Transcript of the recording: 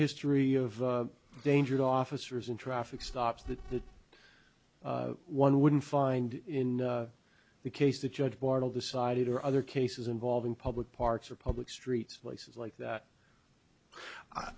history of danger to officers and traffic stops that that one wouldn't find in the case the judge bartol decided or other cases involving public parks or public streets places like that i